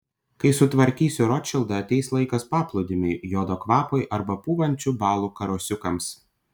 kai sutvarkysiu rotšildą ateis laikas paplūdimiui jodo kvapui arba pūvančių balų karosiukams